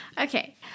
Okay